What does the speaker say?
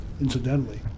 Incidentally